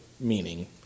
meaning